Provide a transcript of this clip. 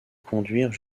conduire